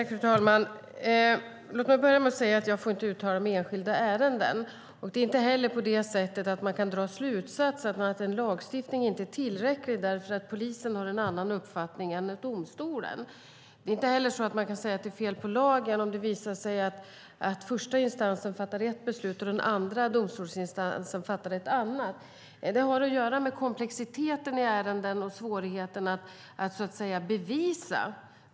Fru talman! Låt mig börja med att säga att jag inte får uttala mig i enskilda ärenden. Man kan inte dra slutsatsen att en lagstiftning inte är tillräcklig därför att polisen har en annan uppfattning än domstolen. Man kan inte heller säga att det är fel på lagen om det visar sig att den första domstolsinstansen fattar ett beslut och den andra domstolsinstansen fattar ett annat. Det har att göra med komplexiteten i ärenden och svårigheten att bevisa.